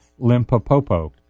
limpopopo